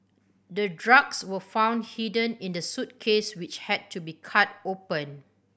the drugs were found hidden in the suitcase which had to be cut open